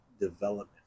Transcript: development